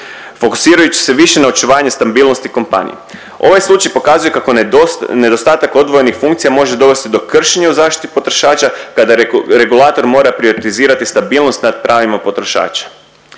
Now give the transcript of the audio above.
Fokusirajući se više na očuvanje stabilnosti kompanije. Ovaj slučaj pokazuje kako nedostatak odvojenih funkcija može dovesti do kršenje u zaštiti potrošača, kada regulator mora privatizirati stabilnost nad pravima potrošača.